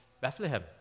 Bethlehem